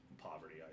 Poverty